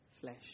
flesh